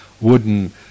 wooden